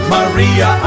Maria